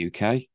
uk